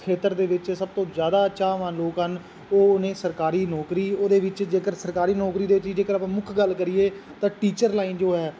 ਖੇਤਰ ਦੇ ਵਿੱਚ ਸਭ ਤੋਂ ਜ਼ਿਆਦਾ ਚਾਹਵਾਨ ਲੋਕ ਹਨ ਉਹ ਨੇ ਸਰਕਾਰੀ ਨੌਕਰੀ ਉਹਦੇ ਵਿੱਚ ਜੇਕਰ ਸਰਕਾਰੀ ਨੌਕਰੀ ਦੇ ਵਿੱਚ ਜੇਕਰ ਆਪਾਂ ਮੁੱਖ ਗੱਲ ਕਰੀਏ ਤਾਂ ਟੀਚਰ ਲਾਈਨ ਜੋ ਹੈ